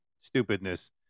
stupidness